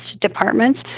departments